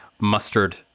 mustard